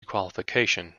qualification